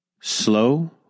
slow